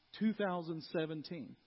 2017